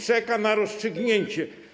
Czeka na rozstrzygnięcie.